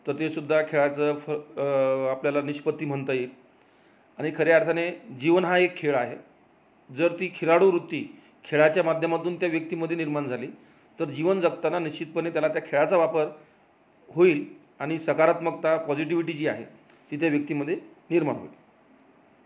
तर तेसुद्धा खेळाचं फ आपल्याला निष्पत्ती म्हणता येईल आणि खऱ्या अर्थाने जीवन हा एक खेळ आहे जर ती खिलाडूवृत्ती खेळाच्या माध्यमातून त्या व्यक्तीमधे निर्माण झाली तर जीवन जगताना निश्चितपणे त्याला त्या खेळाचा वापर होईल आणि सकारात्मकता पॉझिटिव्हिटी जी आहे ती त्या व्यक्तीमध्ये निर्माण होईल